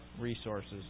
resources